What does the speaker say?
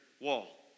wall